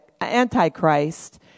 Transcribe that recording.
Antichrist